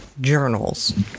journals